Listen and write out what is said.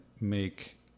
make